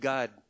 God